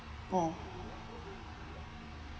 oh